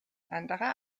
anderer